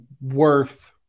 worth